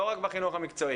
לא רק בחינוך המקצועי.